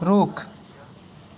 रुख